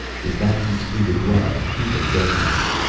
if that eats through the gloves, he's a dead man.